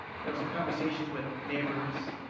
there was some conversations with neighbors,